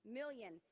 million